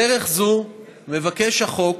בדרך זו מבקש החוק